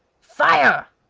fire!